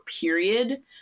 period